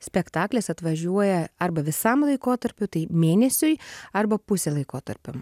spektaklis atvažiuoja arba visam laikotarpiui tai mėnesiui arba pusę laikotarpio